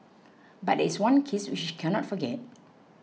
but there is one case which she can not forget